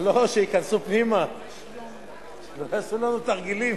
לא לא, שייכנסו פנימה, שלא יעשו לנו תרגילים.